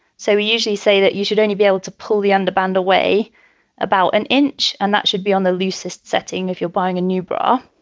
so we usually say that you should only be able to pull the under-manned away about an inch and that should be on the loosest setting if you're buying a new bra.